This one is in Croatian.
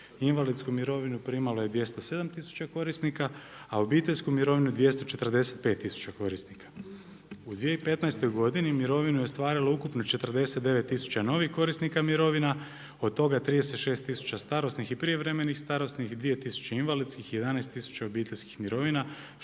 invalidsku mirovinu primalo je 207 tisuća korisnika, a obiteljsku mirovnu, 245 tisuća korisnika. U 2015. godini mirovinu je ostvarilo ukupno 49 tisuća novih korisnika mirovina, od toga 36 tisuća starosnih i prijevremenih starosnih i 2000 invalidskih i 11000 obiteljskih mirovina,